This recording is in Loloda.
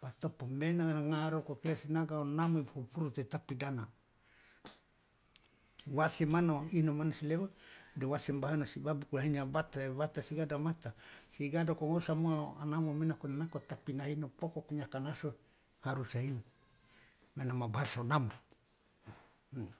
patopo mena ngaro kokiasi naga o namo i fufuru tetap i dana wase mana o ino mane nosi leo de wasi mane nosi babuku akhirnya hingga damata sigado ingosa namo mena kan nako tapi nahino pokoknya kanaso harus ya hino mane bahasa o namo.